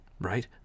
right